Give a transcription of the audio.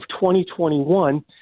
2021